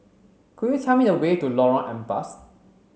could you tell me the way to Lorong Ampas